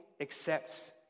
accepts